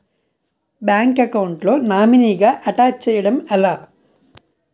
Bank account లో నామినీగా attach చేయడం ఎలా?